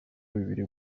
bubiri